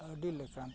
ᱟᱹᱰᱤ ᱞᱮᱠᱟᱱ